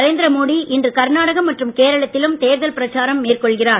நரேந்திர மோடி இன்று கர்நாடகம் மற்றும் கேரளத்திலும் தேர்தல் பிரச்சாரம் மேற்கொள்கிறார்